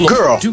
Girl